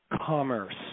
commerce